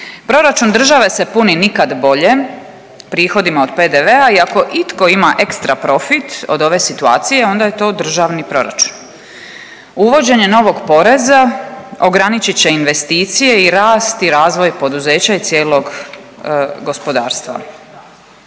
Proračun države se puni nikada bolje prihodima od PDV-a i ako itko ima ekstra profit od ove situacije onda je to državni proračun. Uvođenje novog poreza ograničit će investicije i rast i razvoj poduzeća i cijelog gospodarstva.